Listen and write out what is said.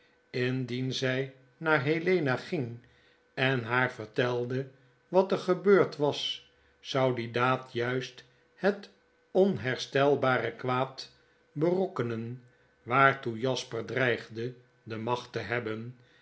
indien zy naar helena ging en haar vertelde wat er gebeurd was zou die daad juist het onherstelbare kwaad berokkenen waartoe jasper dreigde de macht te hebben